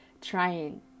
trying